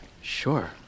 Sure